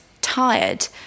tired